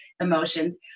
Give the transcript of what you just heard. emotions